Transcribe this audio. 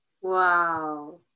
Wow